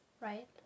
right